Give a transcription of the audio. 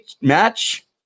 match